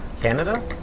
Canada